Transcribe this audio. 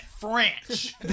French